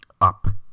up